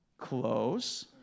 Close